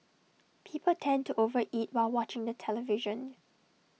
people tend to over eat while watching the television